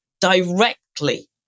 directly